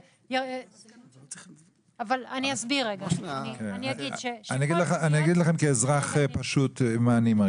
אני אגיד לכם מה אני מרגיש כאזרח פשוט.